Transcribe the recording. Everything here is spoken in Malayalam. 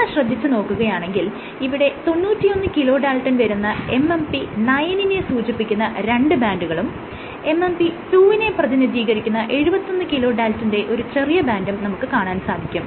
ഒന്ന് ശ്രദ്ധിച്ച് നോക്കുകയാണെങ്കിൽ ഇവിടെ 91 കിലോ ഡാൽട്ടൻ വരുന്ന MMP 9 നെ സൂചിപ്പിക്കുന്ന രണ്ട് ബാൻഡുകളും MMP 2 വിനെ പ്രതിനിധീകരിക്കുന്ന 71 കിലോ ഡാൽട്ടന്റെ ഒരു ചെറിയ ബാൻഡും നമുക്ക് കാണാൻ സാധിക്കും